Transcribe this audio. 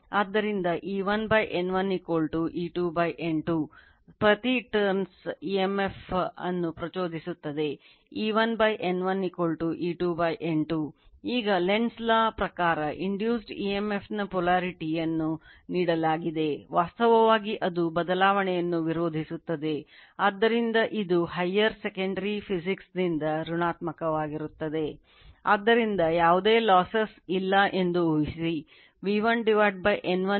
ಈಗ ಆದ್ದರಿಂದ E1 E2 N1 N2 ಅನ್ನು ಪಡೆಯುತ್ತದೆ ಆದ್ದರಿಂದ E1 N1 E2 N2 ಪ್ರತಿ turns ದಿಂದ ಋಣಾತ್ಮಕವಾಗಿದೆ